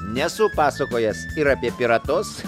nesu pasakojęs ir apie piratus